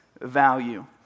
value